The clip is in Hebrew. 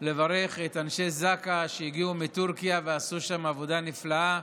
לברך את אנשי זק"א שהגיעו מטורקיה ועשו שם עבודה נפלאה.